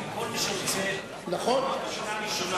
מקבלים כל מי שרוצה לשנה הראשונה,